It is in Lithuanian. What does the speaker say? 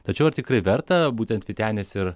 tačiau ar tikrai verta būtent vytenis ir